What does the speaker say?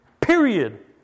Period